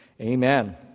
Amen